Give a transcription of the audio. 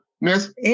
Miss